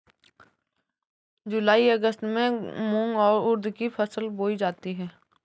जूलाई अगस्त में मूंग और उर्द की फसल बोई जाती है